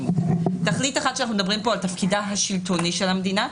אותי תכלית אחת על תפקידה השלטוני של המדינה,